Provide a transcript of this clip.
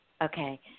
okay